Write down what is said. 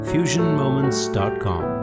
FusionMoments.com